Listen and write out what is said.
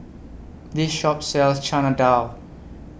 This Shop sells Chana Dal